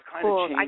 cool